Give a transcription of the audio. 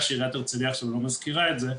שעירית הרצליה עכשיו לא מזכירה את זה,